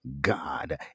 god